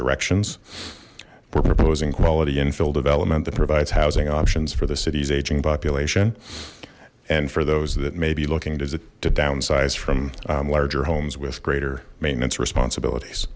directions we're proposing quality infill development that provides housing options for the city's aging population and for those that may be looking to downsize from larger homes with greater maintenance responsibilities